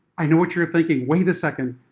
i know what you're thinking, wait a second,